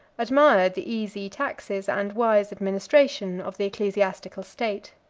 admired the easy taxes and wise administration of the ecclesiastical state.